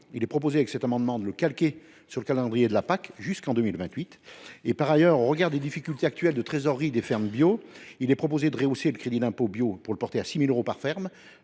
Il est donc proposé de le calquer sur le calendrier de la PAC, soit jusqu’en 2028. Par ailleurs, au regard des difficultés actuelles de trésorerie des fermes bio, il est proposé de rehausser le crédit d’impôt bio pour le porter à 6 000 euros par ferme,